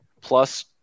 plus